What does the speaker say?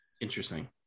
Interesting